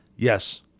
Yes